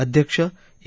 अध्यक्ष एम